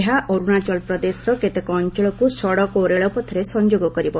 ଏହା ଅରୁଣାଚଳ ପ୍ରଦେଶର କେତେକ ଅଞ୍ଚଳକୁ ସଡ଼କ ଓ ରେଳପଥରେ ସଂଯୋଗ କରିବ